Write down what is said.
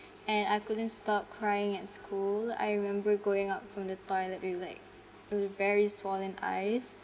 and I couldn't stop crying at school I remember going out from the toilet with like with very swollen eyes